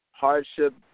Hardship